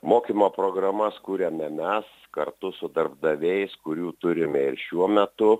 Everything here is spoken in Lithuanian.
mokymo programas kuriame mes kartu su darbdaviais kurių turime ir šiuo metu